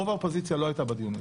רוב האופוזיציה לא הייתה בדיון הזה.